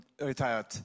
retired